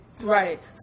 right